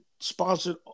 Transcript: sponsored